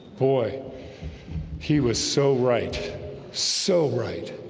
boy he was so right so right